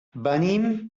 venim